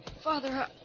Father